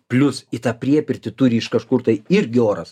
plius į tą priepirtį turi iš kažkur tai irgi oras